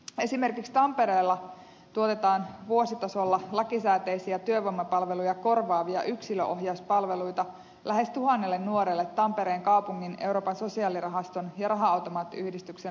esimerkiksi tampereella tuotetaan vuositasolla lakisääteisiä työvoimapalveluja korvaavia yksilöohjauspalveluita lähes tuhannelle nuorelle tampereen kaupungin euroopan sosiaalirahaston ja raha automaattiyhdistyksen rahoituksella